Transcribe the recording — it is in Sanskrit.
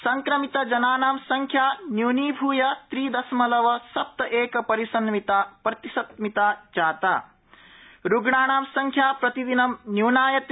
संक्रमितजनानां संख्या न्यूनीभूय त्रि दशमलव सप्त एक प्रतिशन्मिता संजाता रुग्णानाम् संख्या प्रतिदिनम् न्यूनायते